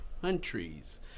Countries